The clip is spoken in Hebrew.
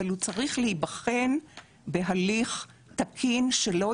אבל הוא צריך להיבחן בהליך תקין שלא